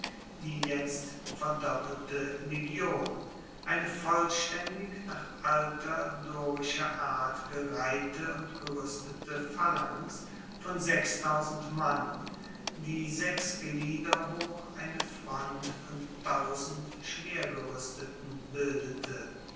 die jetzt verdoppelte legion eine vollstaendig nach alter dorischer art gereihte und geruestete phalanx von sechstausend mann die sechs glieder hoch eine front von tausend schwergeruesteten bildete